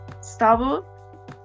stable